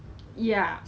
but then hor